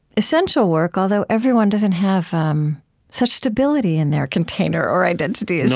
essential work, although everyone doesn't have um such stability in their container or identity as